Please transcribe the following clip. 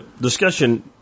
discussion